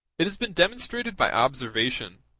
it has been demonstrated by observation,